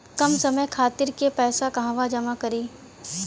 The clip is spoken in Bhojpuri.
कम समय खातिर के पैसा कहवा निवेश करि?